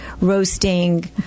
roasting